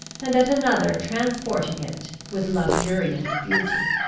and at another transporting it with luxuriant beauty.